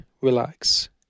relax